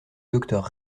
docteur